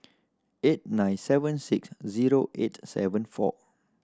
eight nine seven six zero eight seven four